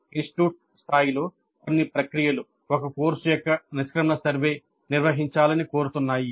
institute స్థాయిలో కొన్ని ప్రక్రియలు ఒక కోర్సు యొక్క నిష్క్రమణ సర్వే నిర్వహించాలని కోరుతున్నాయి